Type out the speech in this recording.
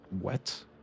wet